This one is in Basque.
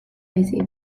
baizik